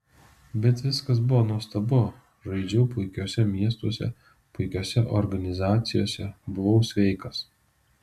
bet viskas buvo nuostabu žaidžiau puikiuose miestuose puikiose organizacijose buvau sveikas